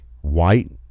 white